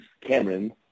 Cameron